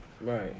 Right